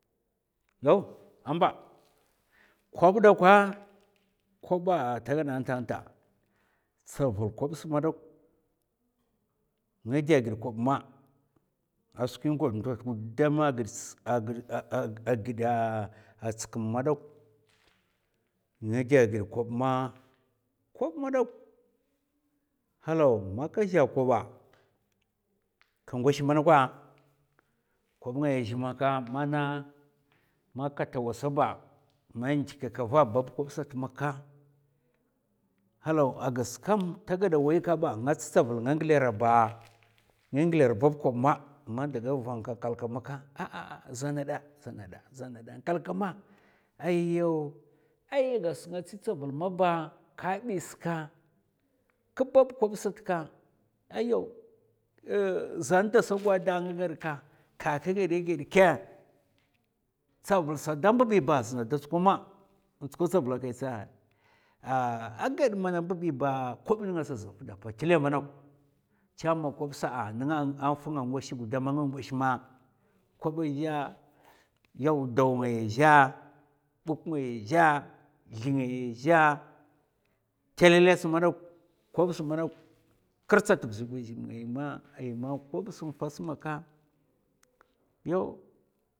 Yaw, a'mba kob dakwa koba ata gada ntanata tsavul kobs ma dok nga dè gèd kobma, a skwi ngod ndo a gid tskm ma dok nga dè gèd kob ma, kob madok halaw maka zhè koba ka ngush mana kwa kob ngaya zhè maka mana ka tawasa ba, ma ndikèk ka va bab kob sat maka halaw a gas kam tagada waika aa, nga tstsvula nga ngèlr ba nga ngèlr bab kob ma man daga vnka kalka maka, ahhaha zana ɓa zana ɓa nkalkama ay'yaw ay gas nga tsitsavul maba ka bi ska ka bab kob sat ka ayaw uhh zan dasa gwad'da a nga gèdè gèd ka, kè ka gwad kè? Tsavulsa da mbu'bi ba az na da tskwa ma n'tskwa tsavul kai tsa ahh a gad mana mbu'bi ba kob nsa za fdapa azna tèlè manok chama kob sa nènga fnga ngwèsh gudam a nga ngwèsh ma. koba zhè yaw daw ngaya zhè, buk ngaya zhè, zlè ngaya zhè tèlèlè kob smadok krtsa tv'zi gwazhum ngaya ay ma kobs n'fas maka yaw.